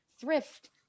thrift